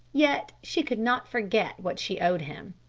yet she could not forget what she owed him.